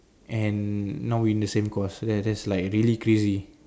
and now we're in the same course that that's like really crazy